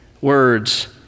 words